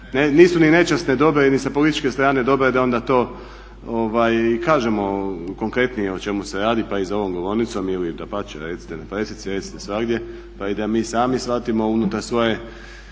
Nisu ni nečasne dobre ni sa političke strane dobre da onda to kažemo konkretnije o čemu se radi pa i za ovom govornicom ili dapače recite na presici, recite svagdje pa i da mi sami shvatimo unutar svojih